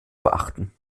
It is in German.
beachten